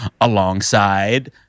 alongside